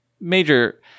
major